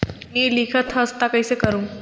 नी लिखत हस ता कइसे करू?